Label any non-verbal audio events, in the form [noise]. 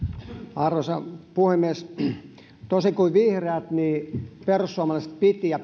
arvoisa puhemies toisin kuin vihreät perussuomalaiset pitivät [unintelligible]